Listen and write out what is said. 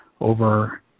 over